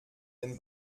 den